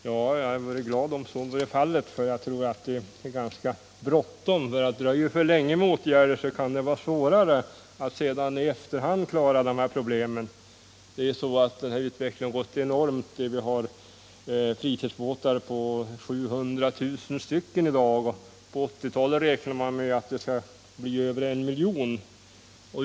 Herr talman! Jag vore glad om så blev fallet, för jag tror att det är ganska bråttom. Dröjer vi för länge med åtgärder, kan det vara svårare att sedan i efterhand klara dessa problem. Utvecklingen har gått enormt fort. Det finns i dag 700 000 fritidsbåtar, och man räknar med att det på 1980-talet skall finnas över en miljon.